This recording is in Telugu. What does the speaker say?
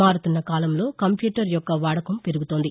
మారుతున్న కాలంలో కంప్యూటర్ యొక్క వాడకం పెరుగుతోంది